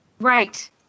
Right